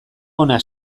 ona